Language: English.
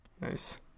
Nice